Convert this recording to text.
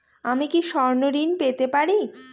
আমি কি স্বর্ণ ঋণ পেতে পারি?